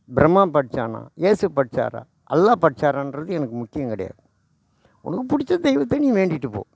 ப்ரம்மா படைடச்சானா ஏசு படைச்சாரா அல்லா படைச்சாரான்றது எனக்கு முக்கியம் கிடையாது உனக்கு புடித்த தெய்வத்தை நீ வேண்டிகிட்டு போ